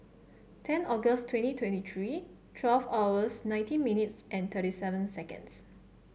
ten August twenty twenty three twelfth hours nineteen minutes and thirty seven seconds